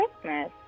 Christmas